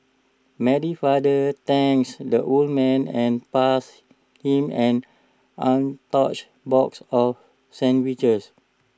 Mary's father thanks the old man and passed him an untouched box of sandwiches